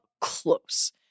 close